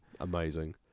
amazing